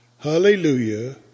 Hallelujah